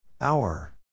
Hour